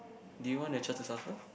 do you want the ~cher to suffer